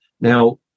Now